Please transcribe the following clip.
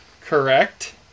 Correct